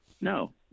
no